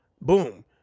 Boom